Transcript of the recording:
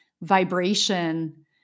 Vibration